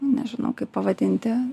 nežinau kaip pavadinti